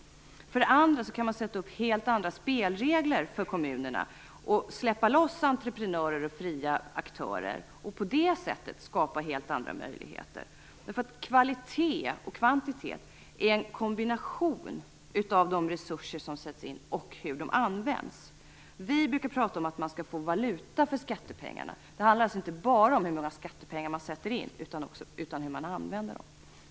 För det andra kan man sätta upp helt andra spelregler för kommunerna och släppa loss entreprenörer och fria aktörer för att på det sättet skapa helt andra möjligheter. Kvalitet och kvantitet är nämligen en kombination av de resurser som sätts in och av hur de resurserna används. Vi brukar prata om att man skall få valuta för skattepengarna. Det handlar alltså inte bara om hur mycket skattepengar som sätts in utan också om hur de används.